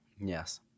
Yes